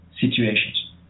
situations